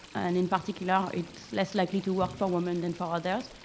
and in particular, it's less likely to work for women than for others.